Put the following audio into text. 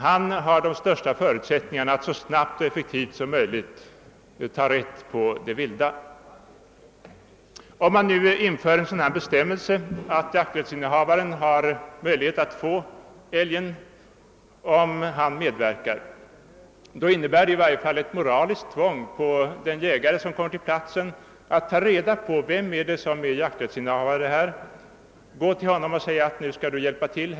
Han har de största förutsättningarna att snabbt och effektivt ta vara på det vilda. Om man nu inför en bestämmelse som ger jakträttsinnehavaren möjlighet att få älgen om han medverkar, innebär det i varje fall ett moraliskt tvång för den polis eller jägare som kommer till platsen att ta reda på vem som är jakträttsinnehavare, söka upp honom och säga åt honom att hjälpa till.